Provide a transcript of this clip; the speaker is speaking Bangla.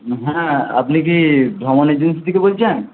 হ্যাঁ আপনি কি ভ্রমণ এজেন্সি থেকে বলছেন